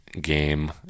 game